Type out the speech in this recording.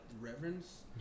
reverence